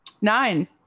Nine